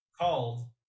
called